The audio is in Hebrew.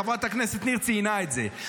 חברת הכנסת ניר ציינה את זה,